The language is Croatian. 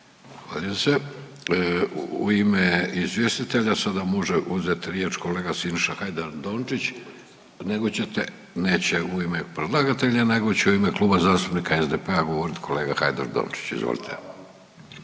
U ime izvjestitelja sada može uzet riječ kolega Siniša Hajdaš Dončić. Nego ćete. Neće u ime predlagatelja, nego će u ime Kluba zastupnika SDP-a govorit kolega Hajdaš Dončić. Izvolite.